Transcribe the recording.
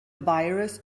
virus